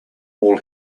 all